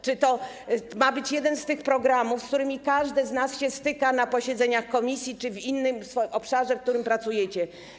Czy to ma być jeden z tych programów, z którymi każdy z nas się styka na posiedzeniach komisji czy w innym obszarze, w którym pracujecie?